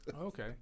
Okay